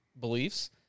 beliefs